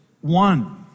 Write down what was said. one